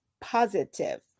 positive